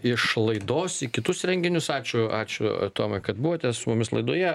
iš laidos į kitus renginius ačiū ačiū tomai kad buvote su mumis laidoje